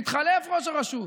מתחלף ראש הרשות.